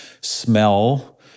smell